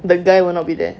the guy will not be there